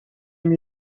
them